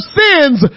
sins